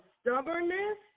stubbornness